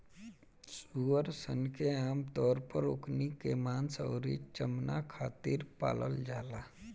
सूअर सन के आमतौर पर ओकनी के मांस अउरी चमणा खातिर पालल जाला